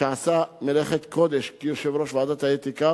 שעשה מלאכת קודש כיושב-ראש ועדת האתיקה,